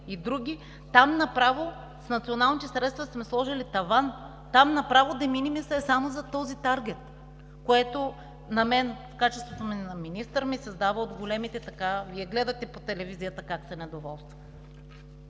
и други, там направо в националните средства сме сложили таван. Там де минимис е само за този таргет, което на мен, в качеството ми на министър, ми създава големите – Вие гледате по телевизията как се недоволства.